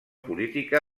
política